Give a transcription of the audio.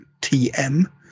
tm